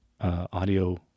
audio